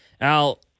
Al